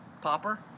Popper